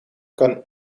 kan